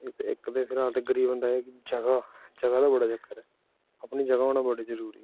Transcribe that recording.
एक्क एक्क ते फिलहाल ते गरीब बंदा जगह जगह दा बड़ा चक्कर ऐ अपनी जगह होना बड़ा जरूरी ऐ